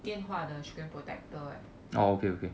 电话的 screen protector eh